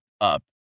up